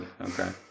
okay